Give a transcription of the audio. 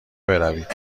بروید